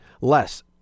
less